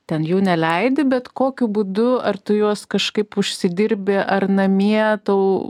ten jų neleidi bet kokiu būdu ar tu juos kažkaip užsidirbi ar namie tau